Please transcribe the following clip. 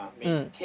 mm